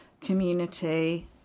community